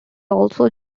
also